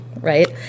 right